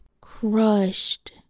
crushed